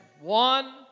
One